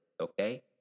okay